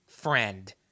friend